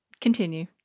continue